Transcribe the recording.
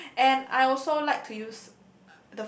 and I also like to use